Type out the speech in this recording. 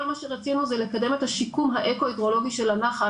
כל מה שרצינו זה לקדם את השיקום האקו-הידרולוגי של הנחל.